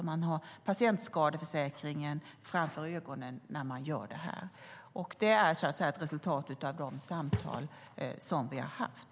De har patientskadeförsäkringen framför ögonen när de gör det. Det är ett resultat av de samtal som vi har haft.